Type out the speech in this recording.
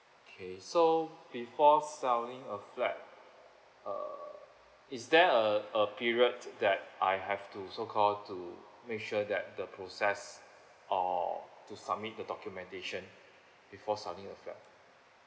okay so before selling a flat uh is there a a period that I have to so call to make sure that the process or to submit the documentation before selling the flat